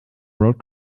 road